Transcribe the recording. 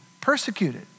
persecuted